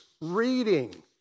reading